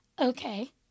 okay